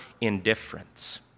indifference